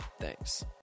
Thanks